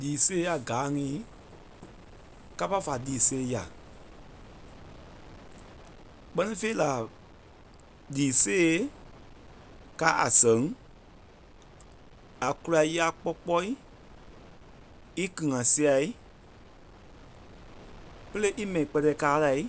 Lii sêe yâ gáa ŋí kâpa fa lii sêe yà, kpɛ́ni fêi, lii sêe káa a sɛŋ a kulâi yá kpɔ́ kpɔɔi íkili ŋa siai pélei ímɛi kpɛtɛɛ̂i káa lai